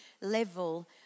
level